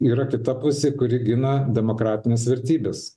yra kita pusė kuri gina demokratines vertybes